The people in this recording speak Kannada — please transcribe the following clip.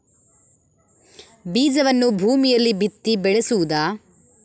ಬೀಜವನ್ನು ಭೂಮಿಯಲ್ಲಿ ಬಿತ್ತಿ ಬೆಳೆಸುವುದಾ?